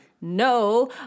No